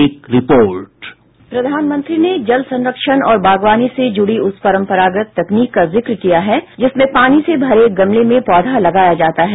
एक report sound bite प्रधानमंत्री ने जल संरक्षण और बागवानी से जुड़ी उस परंपरागत तकनीक का जिक्र किया है जिसमें पानी से भरे गमले में पौधा लगाया जाता है